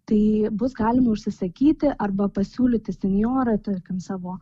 tai bus galim užsisakyti arba pasiūlyti senjorą tarkim savo